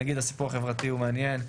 נגיד, הסיפור החברתי הוא מעניין,